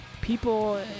people